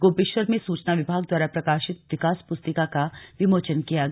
गोपेश्वर में सूचना विभाग द्वारा प्रकाशित विकास पुस्तिका का विमोचन किया गया